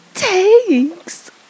Thanks